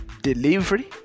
Delivery